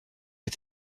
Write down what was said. les